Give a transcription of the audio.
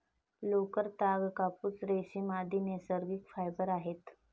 लोकर, ताग, कापूस, रेशीम, आदि नैसर्गिक फायबर आहेत